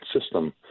system